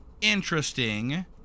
interesting